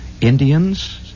Indians